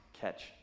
catch